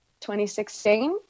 2016